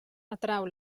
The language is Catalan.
atrau